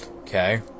Okay